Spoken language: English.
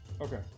okay